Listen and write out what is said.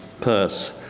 Purse